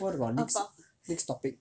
what about next next topic